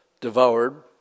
devoured